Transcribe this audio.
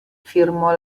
firmò